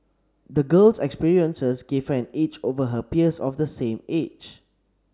the girl's experiences gave her an edge over her peers of the same age